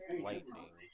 lightning